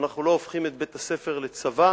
אנחנו לא הופכים את בית-הספר לצבא,